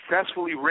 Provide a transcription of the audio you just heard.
successfully